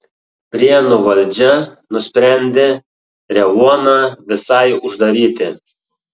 prienų valdžia nusprendė revuoną visai uždaryti